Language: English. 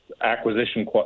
acquisition